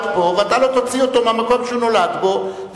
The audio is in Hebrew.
פה ואתה לא תוציא אותו מהמקום שהוא נולד בו,